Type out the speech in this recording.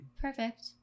Perfect